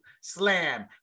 Slam